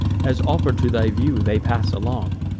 as, offer'd to thy view, they pass along.